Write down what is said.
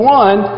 one